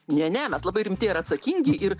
ne ne mes labai rimti ir atsakingi ir